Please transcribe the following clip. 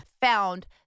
found